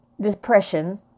depression